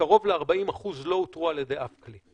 וקרוב ל-40% לא אותרו על ידי אף כלי.